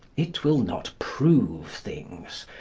it will not prove things.